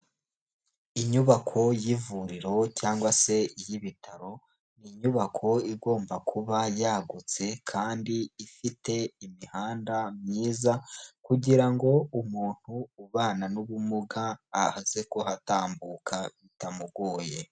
Inyubako y'ivuriro cyangwa se iy'ibitaro, ni inyubako igomba kuba yagutse kandi ifite imihanda myiza kugira ngo umuntu ubana n'ubumuga aze kuhatambuka bitamugoye.